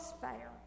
fair